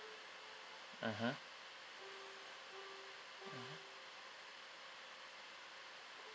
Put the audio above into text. mmhmm